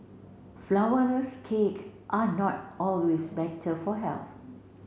flourless cake are not always better for health